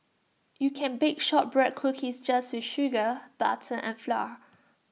you can bake Shortbread Cookies just with sugar butter and flour